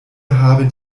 haben